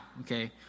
okay